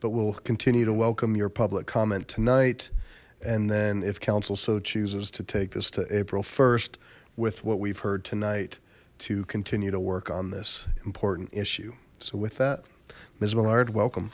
but we'll continue to welcome your public comment tonight and then if council so chooses to take this to april first with what we've heard tonight to continue to work on this important issue so with that visible aired welcome